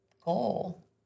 Goal